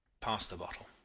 pass the bottle.